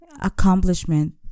Accomplishment